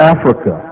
Africa